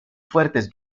fuertes